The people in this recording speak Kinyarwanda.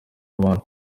abantu